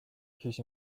his